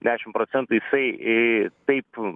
dešim procentų jisai taip